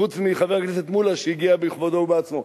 חוץ מחבר הכנסת מולה, שהגיע בכבודו ובעצמו.